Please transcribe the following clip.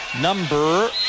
Number